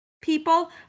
people